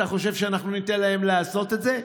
אתה חושב שאנחנו ניתן להם לעשות את זה?